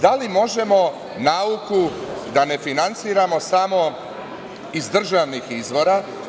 Da li možemo nauku da nefinansiramo samo iz državnih izvora?